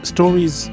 Stories